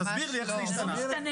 תסביר לי איך זה השתנה.